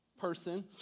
person